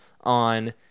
on